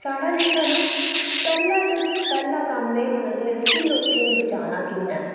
साढ़ा जेह्का न पैह्ला पैह्ला कम्म एह् होना चाहिदा की लोकें गी बचाना कि'यां